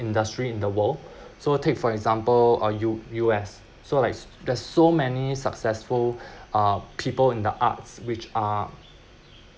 industry in the world so take for example uh u~ U_S so like there's so many successful uh people in the arts which are